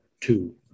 two